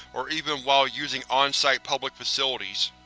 or even while using on-site public facilities.